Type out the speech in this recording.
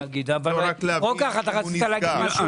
רוקח, רצית להגיד משהו?